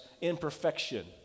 imperfection